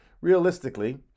Realistically